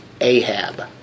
Ahab